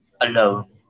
Alone